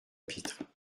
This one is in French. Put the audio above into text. pitre